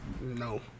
No